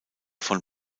von